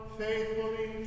faithfully